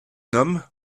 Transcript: homme